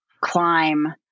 climb